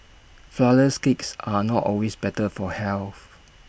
Flourless Cakes are not always better for health